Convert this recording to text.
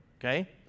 okay